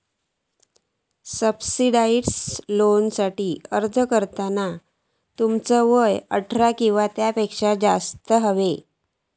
subsidised लोनसाठी अर्ज करताना तुझा वय अठरा किंवा त्यापेक्षा जास्त हव्या